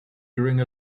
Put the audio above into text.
during